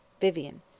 Vivian